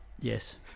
Yes